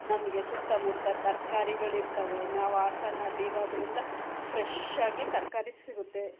ನಮಗೆ ಸುತ್ತಮುತ್ತ ತರ್ಕಾರಿಗಳು ಇರ್ತವೆ ನಾವು ಹಾಸನಲ್ಲಿ ಇರೋದರಿಂದ ಫ್ರೆಶ್ ಆಗಿ ತರಕಾರಿ ಸಿಗುತ್ತೆ